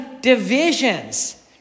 divisions